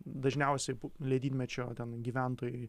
dažniausiai ledynmečio ten gyventojai